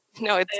No